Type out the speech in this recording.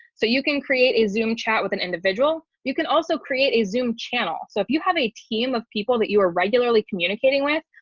so you can create a zoom chat with an individual, you can also create a zoom channel. so if you have a team of people that you are regularly communicating with,